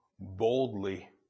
boldly